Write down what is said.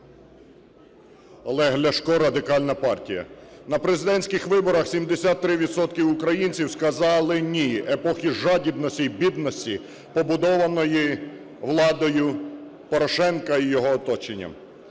Олег Ляшко, Радикальна партія. На президентських виборах 73 відсотки українців сказали "ні" епосі жадібності і бідності, побудованої владою Порошенка і його оточенням.